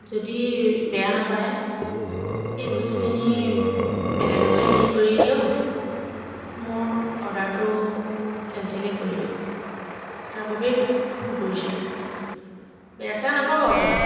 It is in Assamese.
যদি বেয়া নাপায় এই বস্তুখিনি বেলেগতে হেৰি কৰি দিয়ক মোৰ অৰ্ডাৰটো কেন্সেলে কৰি দিয়ক তাৰ বাবে ফোন কৰিছিলোঁ বেয়া চেয়া নাপাব আকৌ